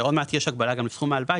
עוד מעט יש גם הגבלה על סכום ההלוואה,